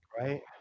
Right